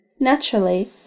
Naturally